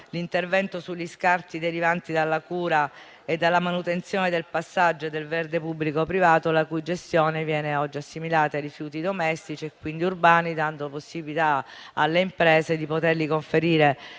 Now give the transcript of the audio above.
l'intervento sugli scarti derivanti dalla cura e dalla manutenzione del verde pubblico e privato, la cui gestione viene oggi assimilata ai rifiuti domestici e quindi urbani, dando la possibilità alle imprese di poterli conferire